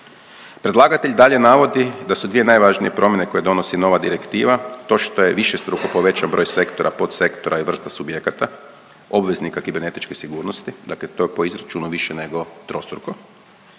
Predlagatelj dalje navodi da su dvije najvažnije promjene koje donosi nova direktiva, to što je višestruko povećan broj sektora, podsektora i vrsta subjekata, obveznika kibernetičke sigurnosti, dakle to je po izračunu više nego trostruko